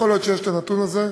ויכול להיות שיש הנתון הזה.